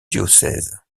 diocèse